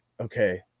okay